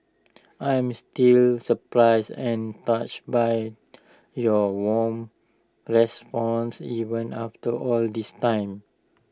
I'm still surprised and touched by your warm responses even after all this time